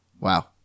Wow